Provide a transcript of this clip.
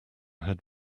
had